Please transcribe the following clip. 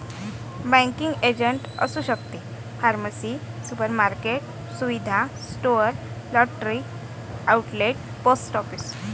banking agent असू शकते pharmacy supermarket सुविधा store lottery outlet post office